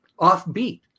offbeat